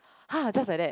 !huh! just like that